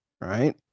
right